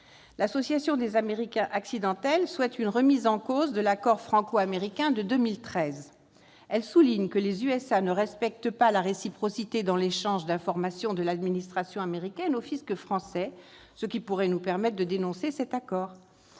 L'Association des « Américains accidentels » souhaite une remise en cause de l'accord franco-américain de 2013. Elle souligne que les États-Unis ne respectent pas la réciprocité en matière d'échange d'informations entre l'administration américaine et le fisc français, ce qui pourrait nous permettre de dénoncer cet accord.